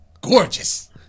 gorgeous